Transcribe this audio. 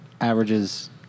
averages